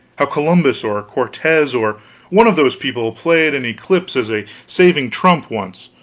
how columbus, or cortez, or one of those people, played an eclipse as a saving trump once,